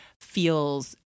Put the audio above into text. feels